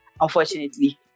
Unfortunately